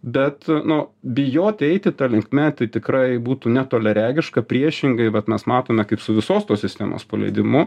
bet nu bijoti eiti ta linkme tai tikrai būtų netoliaregiška priešingai bet mes matome kaip su visos tos sistemos paleidimu